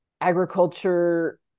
agriculture